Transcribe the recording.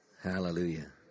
Hallelujah